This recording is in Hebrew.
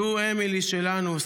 זו אמילי שלנו,